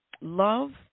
Love